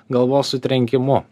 galvos sutrenkimu